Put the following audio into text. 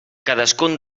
cadascun